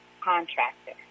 contractor